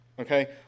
okay